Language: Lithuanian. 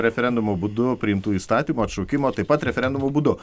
referendumo būdu priimtų įstatymų atšaukimo taip pat referendumo būdu